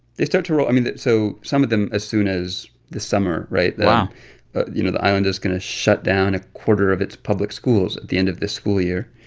they start to roll i mean, so some of them as soon as the summer, right? wow you know, the island is going to shut down a quarter of its public schools at the end of this school year.